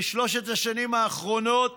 בשלוש השנים האחרונות